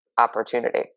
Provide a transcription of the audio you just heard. opportunity